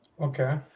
Okay